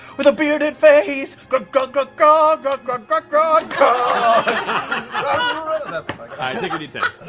with a bearded face, grog grog grog grog ah grog but grog and grog